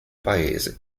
paese